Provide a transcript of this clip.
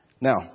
Now